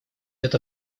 это